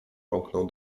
pomknął